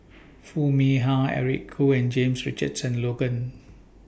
Foo Mee Har Eric Khoo and James Richardson Logan